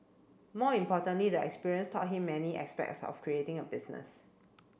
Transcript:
more importantly the experience taught him many aspects of creating a business